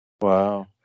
Wow